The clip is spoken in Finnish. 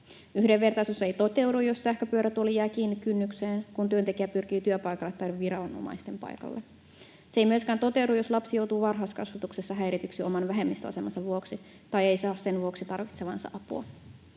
Yhdenvertaisuus ei toteudu, jos sähköpyörätuoli jää kiinni kynnykseen, kun työntekijä pyrkii työpaikalle tai viranomaisten pakeille. Se ei myöskään toteudu, jos lapsi joutuu varhaiskasvatuksessa häirityksi oman vähemmistöasemansa vuoksi tai ei sen vuoksi saa tarvitsemaansa apua.